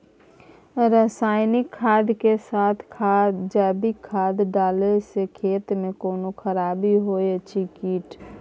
रसायनिक खाद के साथ जैविक खाद डालला सॅ खेत मे कोनो खराबी होयत अछि कीट?